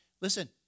Listen